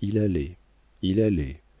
il allait il allait